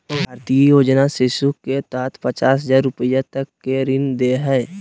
भारतीय योजना शिशु के तहत पचास हजार रूपया तक के ऋण दे हइ